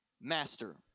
master